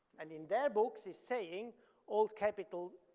and in their books it's saying old capitol,